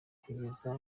kugeza